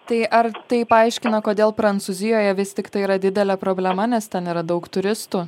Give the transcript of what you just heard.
tai ar tai paaiškina kodėl prancūzijoje vis tiktai yra didelė problema nes ten yra daug turistų